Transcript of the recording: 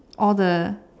all the